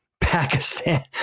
Pakistan